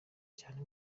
cyane